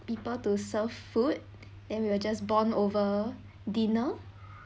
people to serve food then we will just bond over dinner